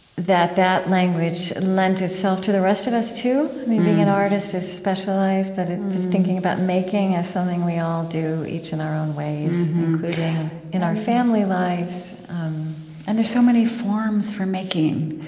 that that language lends itself to the rest of us, too. i mean, being an artist is specialized, but it's thinking about making as something we all do, each in our own ways, including in our family lives and there's so many forms for making.